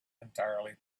entirely